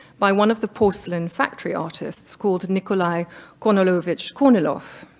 by one of the porcelain factory artists, called nikolai konolovich kornilov